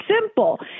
simple